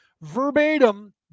verbatim